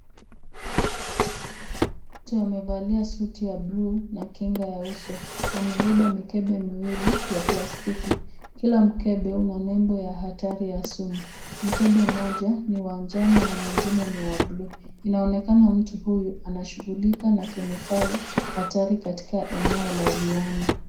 Mtu amevalia suti ya blue na kinga ya uso. Amebeba mikebe miwili ya plastiki kila mkebe una nembo ya hatari ya sumu. Mkebe moja ni wa njano na mwengine ni wa buluu. Inaonekana mtu huyu anashughulika na kemikali hatari katika eneo la viwanda.